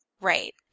Right